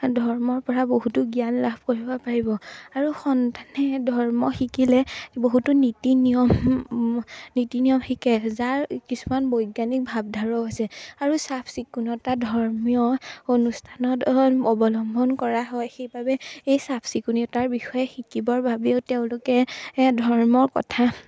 ধৰ্মৰ পৰা বহুতো জ্ঞান লাভ কৰিব পাৰিব আৰু সন্তানে ধৰ্ম শিকিলে বহুতো নীতি নিয়ম নীতি নিয়ম শিকে যাৰ কিছুমান বৈজ্ঞানিক ভাৱধাৰাও আছে আৰু চাফ চিকুণতা ধৰ্মীয় অনুষ্ঠানত অৱলম্বন কৰা হয় সেইবাবে এই চাফ চিকুণতাৰ বিষয়ে শিকিবৰ বাবেও তেওঁলোকে এ ধৰ্মৰ কথা